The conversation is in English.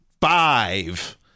five